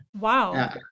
Wow